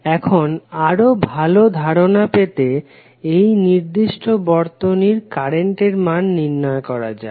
এখন আরও ভালো ধারণা পেতে এই নির্দিষ্ট বর্তনীর কারেন্টের মান নির্ণয় করা যাক